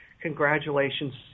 congratulations